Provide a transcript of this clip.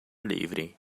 livre